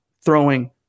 throwing